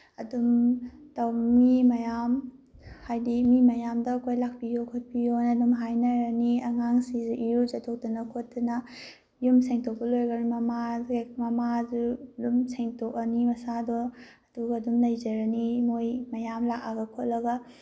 ꯑꯗꯨꯝ ꯃꯤ ꯃꯌꯥꯝ ꯍꯥꯏꯗꯤ ꯃꯤ ꯃꯌꯥꯝꯗ ꯑꯩꯈꯣꯏ ꯂꯥꯛꯄꯤꯌꯨ ꯈꯣꯠꯄꯤꯌꯨꯅ ꯑꯗꯨꯝ ꯍꯥꯏꯅꯔꯅꯤ ꯑꯉꯥꯡꯁꯤ ꯏꯔꯨꯖꯊꯣꯛꯇꯅ ꯈꯣꯠꯇꯅ ꯌꯨꯝ ꯁꯦꯡꯇꯣꯛꯄ ꯂꯣꯏꯈ꯭ꯔꯝꯅꯤꯅ ꯃꯃꯥꯁꯦ ꯃꯃꯥꯁꯨ ꯑꯗꯨꯝ ꯁꯦꯡꯇꯣꯛꯑꯅꯤ ꯃꯁꯥꯗꯣ ꯑꯗꯨꯒ ꯑꯗꯨꯝ ꯂꯩꯖꯔꯅꯤ ꯃꯣꯏ ꯃꯌꯥꯝ ꯂꯥꯛꯑꯒ ꯈꯣꯠꯂꯒ